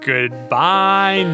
Goodbye